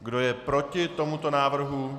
Kdo je proti tomuto návrhu?